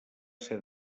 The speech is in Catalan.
ser